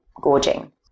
gorging